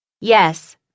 Yes